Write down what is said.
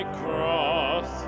cross